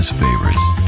favorites